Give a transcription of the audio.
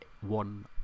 one